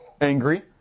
angry